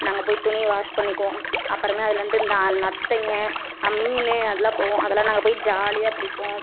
நாங்கள் போய் துணியை வாஷ் பண்ணிக்குவோம் அப்புறமே அதில் இருந்து இந்த நத்தைங்க மீன் அதெல்லாம் போவும் அதெல்லாம் நாங்கள் போய் ஜாலியாக பிடிப்போம்